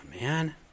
man